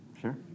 sure